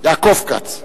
יעקב כץ.